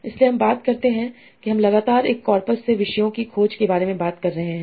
इसलिए हम बात करते हैं कि हम लगातार एक कॉर्पस से विषयों की खोज के बारे में बात कर रहे हैं